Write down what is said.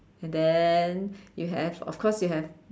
and then you have of course you have